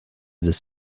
des